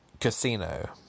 Casino